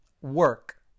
work